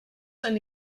eine